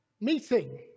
meeting